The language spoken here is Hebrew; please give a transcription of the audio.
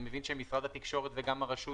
ואני מבין שמשרד התקשורת וגם הרשות